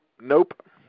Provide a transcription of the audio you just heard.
nope